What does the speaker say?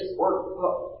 workbook